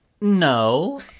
No